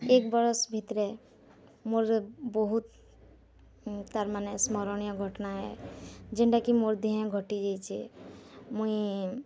ଏକ୍ ବରଷ୍ ଭିତରେ ମୋର୍ ବହୁତ୍ ତାର୍ ମାନେ ସ୍ମରଣୀୟ ଘଟଣା ହେ ଯେଣ୍ଟା କି ମୋର୍ ଦେହେ ଘଟିଯାଇଚେ ମୁଇଁ